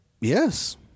yes